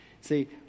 See